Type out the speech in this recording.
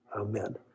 Amen